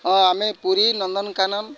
ହଁ ଆମେ ପୁରୀ ନନ୍ଦନକାନନ